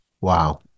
Wow